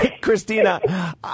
christina